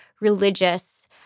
religious